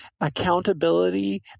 accountability